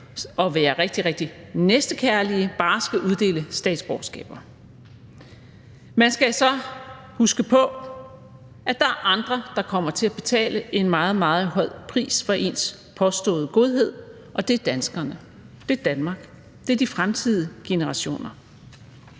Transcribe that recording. og rigtig, rigtig næstekærlige bare skal uddele statsborgerskaber. Man skal så huske på, at der er andre, der kommer til at betale en meget, meget høj pris for ens påståede godhed – og det er danskerne, det er Danmark, det er de fremtidige generationer.